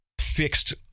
fixed